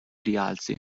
rialzi